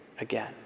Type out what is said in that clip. again